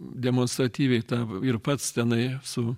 demonstratyviai tą ir pats tenai su